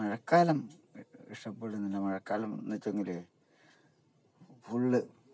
മഴക്കാലം ഇഷ്ടപ്പെടുന്നില്ല മഴക്കാലം എന്നുവച്ചങ്കില് ഫുള്ള്